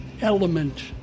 element